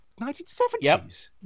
1970s